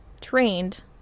trained